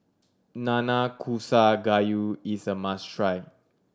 Nanakusa Gayu is a must try